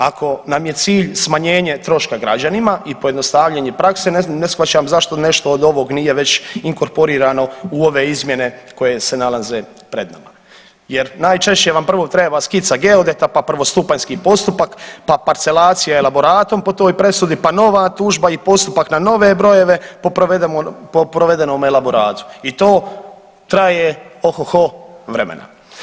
Ako nam je cilj smanjenje troška građanima i pojednostavljenje prakse ne shvaćam zašto nešto od ovog nije već inkorporirano u ove izmjene koje se nalaze pred nama jer najčešće vam prvo treba skica geodeta, pa prvostupanjski postupak, pa parcelacija i elaboratom po toj presudi, pa nova tužba i postupak na nove brojeve po provedenom elaboratu i to traje ohoho vremena.